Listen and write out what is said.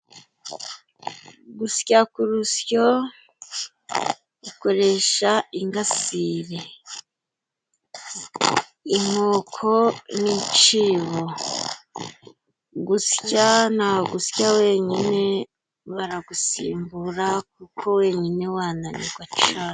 Gusya ku rusyo dukoresha ingasire, inkoko n'icibo. Gusya ntabwo usya wenyine, baragusimbura kuko wenyine wananirwa cane.